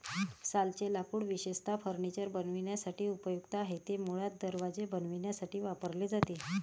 सालचे लाकूड विशेषतः फर्निचर बनवण्यासाठी उपयुक्त आहे, ते मुळात दरवाजे बनवण्यासाठी वापरले जाते